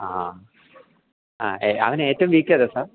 ആ ആ അ അവന് ഏറ്റവും വീക്ക് ഏതിലാണ് സാർ